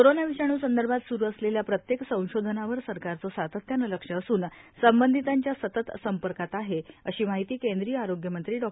corona विषाणूसंदर्भात सुरु असलेल्या प्रत्येक संशोधनावर सरकारचं सातत्यानं लक्ष असून संबंधितांच्या सतत संपर्कात आहे अशी माहिती केंद्रीय आरोग्यमंत्री डॉ